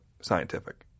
scientific